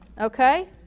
Okay